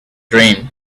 dream